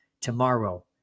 tomorrow